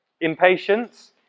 Impatience